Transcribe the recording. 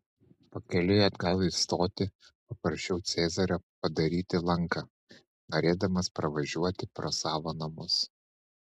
pakeliui atgal į stotį paprašiau cezario padaryti lanką norėdamas pravažiuoti pro savo namus